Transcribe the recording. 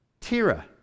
Tira